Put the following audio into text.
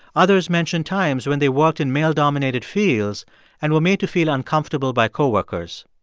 others mentioned times when they worked in male-dominated fields and were made to feel uncomfortable by coworkers.